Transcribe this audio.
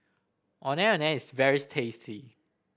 Ondeh Ondeh is very tasty